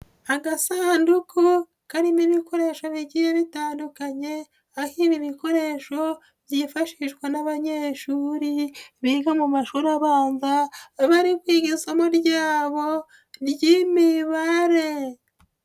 Agasanduku karimo ibikoresho bigiye bitandukanye, aho ibi bikoresho byifashishwa n'abanyeshuri biga mu mashuri abanza, iyo bari kwiga isomo ryabo ry'Imibare.